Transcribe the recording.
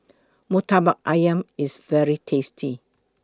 Murtabak Ayam IS very tasty